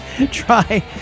try